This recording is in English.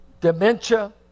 dementia